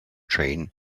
train